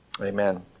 Amen